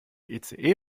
ice